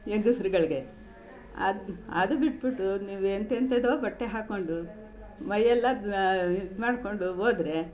ಹೆಂಗಸ್ರುಗಳ್ಗೆ ಅದುಬಿಟ್ಬಿಟ್ಟು ನೀವು ಎಂಥೆಂಥದೋ ಬಟ್ಟೆ ಹಾಕ್ಕೊಂಡು ಮೈಯೆಲ್ಲಾ ಇದು ಮಾಡಿಕೊಂಡು ಹೋದ್ರೆ